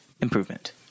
improvement